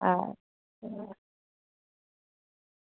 आं